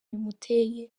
bimuteye